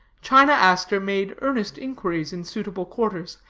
china aster made earnest inquiries in suitable quarters,